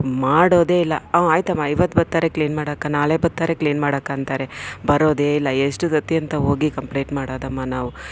ಮಾಡೋದೆ ಇಲ್ಲ ಅವ ಆಯ್ತಮ್ಮ ಇವತ್ತು ಬತ್ತಾರೆ ಕ್ಲೀನ್ ಮಾಡೋಕೆ ನಾಳೆ ಬತ್ತಾರೆ ಕ್ಲೀನ್ ಮಾಡೋಕೆ ಅಂತಾರೆ ಬರೋದೇ ಇಲ್ಲ ಎಷ್ಟು ಸತಿ ಅಂತ ಹೋಗಿ ಕಂಪ್ಲೇಟ್ ಮಾಡೋದಮ್ಮ ನಾವು